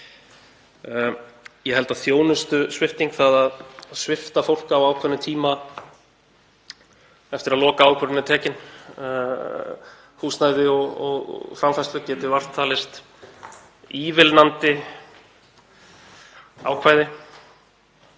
Ég held að þjónustusvipting, það að svipta fólk á ákveðnum tíma eftir að lokaákvörðunin er tekin húsnæði og framfærslu, geti vart talist ívilnandi ákvæði.